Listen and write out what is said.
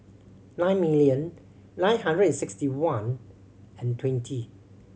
nine million nine hundred sixty one and twenty